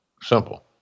simple